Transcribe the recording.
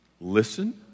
listen